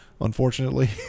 unfortunately